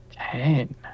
ten